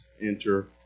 enter